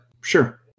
Sure